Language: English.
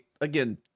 again